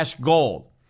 gold